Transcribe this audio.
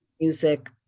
music